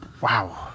Wow